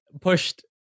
pushed